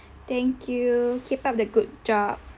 thank you keep up the good job